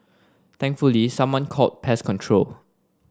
thankfully someone called pest control